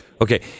Okay